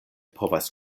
povas